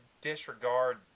disregard